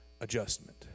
adjustment